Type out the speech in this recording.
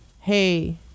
hey